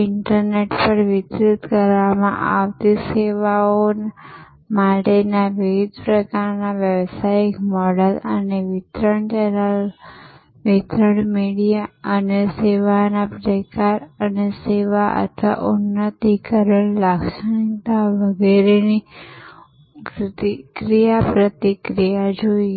internet પર વિતરિત કરવામાં આવતી સેવાઓ માટેના વિવિધ પ્રકારના વ્યવસાયિક મોડલ અને વિતરણ ચેનલ વિતરણ મીડિયા અને સેવાના પ્રકાર અને સેવા અથવા ઉન્નતીકરણની લાક્ષણિકતાઓ વચ્ચેની ક્રિયાપ્રતિક્રિયા જોઈએ